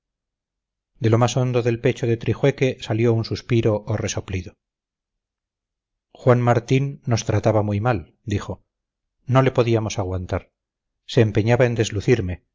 lo más hondo del pecho de trijueque salió un suspiro o resoplido juan martín nos trataba muy mal dijo no le podíamos aguantar se empeñaba en deslucirme